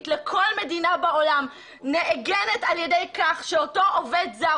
לכל מדינה בעולם נעגנת על ידי כך שאותו עובד זר,